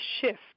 shift